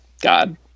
God